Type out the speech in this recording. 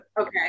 okay